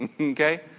Okay